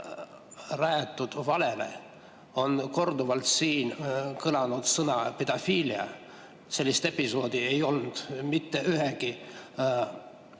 rajatud valele, korduvalt on siin kõlanud sõna "pedofiilia" – sellist episoodi ei olnud mitte ühegi